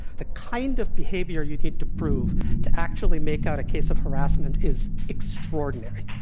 the kind of behavior you need to prove to actually make out a case of harassment is extraordinary.